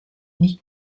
nicht